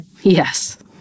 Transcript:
Yes